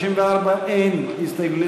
54 אין הסתייגות.